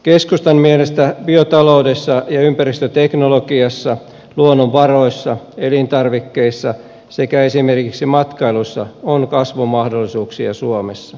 keskustan mielestä biotaloudessa ja ympäristöteknologiassa luonnonvaroissa elintarvikkeissa sekä esimerkiksi matkailussa on kasvun mahdollisuuksia suomessa